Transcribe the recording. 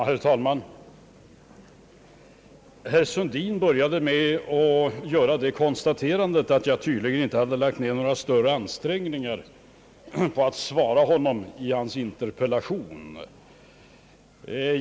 Herr talman! Herr Sundin började med att göra det konstaterandet, att jag tydligen inte lagt ner några större ansträngningar på att besvara hans interpellation.